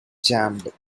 jammed